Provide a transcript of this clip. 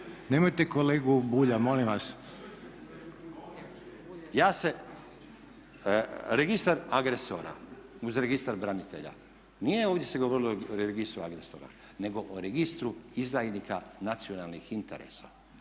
Nemojte kolegu Bulja, molim vas./… Ja se, registar agresora uz registar branitelja. Nije ovdje se govorilo o registru agresora, nego o registru izdajnika nacionalnih interesa.